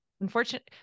Unfortunately